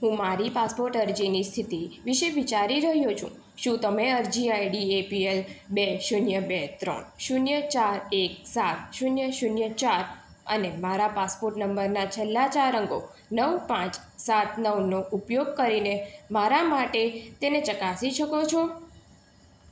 હું મારી પાસપોર્ટ અરજીની સ્થિતિ વિશે વિચારી રહ્યો છું શું તમે અરજી આઈડી એપીએલ બે શૂન્ય બે ત્રણ શૂન્ય ચાર એક સાત શૂન્ય શૂન્ય ચાર અને મારા પાસપોર્ટ નંબરના છેલ્લા ચાર અંકો નવ પાંચ સાત નવનો ઉપયોગ કરીને મારા માટે તેને ચકાસી શકો છો